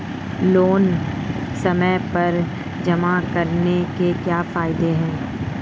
Loan समय पर जमा कराने के क्या फायदे हैं?